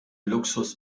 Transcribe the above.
luxus